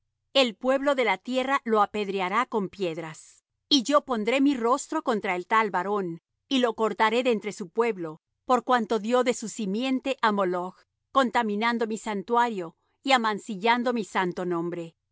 el pueblo de la tierra lo apedreará con piedras y yo pondré mi rostro contra el tal varón y lo cortaré de entre su pueblo por cuanto dió de su simiente á moloch contaminando mi santuario y amancillando mi santo nombre